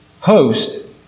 host